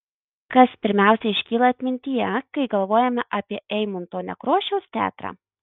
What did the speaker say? kas pirmiausia iškyla atmintyje kai galvojame apie eimunto nekrošiaus teatrą